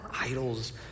idols